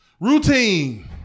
routine